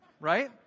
right